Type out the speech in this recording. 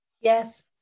Yes